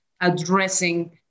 addressing